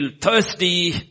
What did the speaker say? thirsty